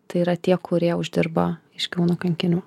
tai yra tie kurie uždirba iš kauno kankinių